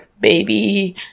baby